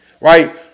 right